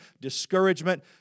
discouragement